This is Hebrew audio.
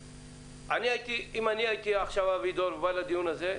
אם הייתי עכשיו אבי דור שבא לדיון הזה,